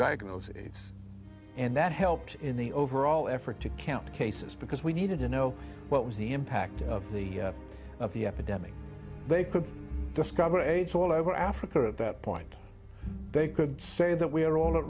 diagnoses and that helped in the overall effort to count cases because we needed to know what was the impact of the of the epidemic they could discover aids all over africa at that point they could say that we are